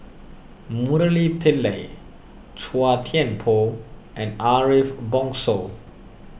Murali Pillai Chua Thian Poh and Ariff Bongso